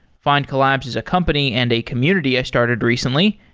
findcollabs is a company and a community i started recently.